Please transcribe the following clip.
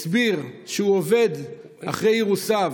הוא הסביר שהוא עובד אחרי אירוסיו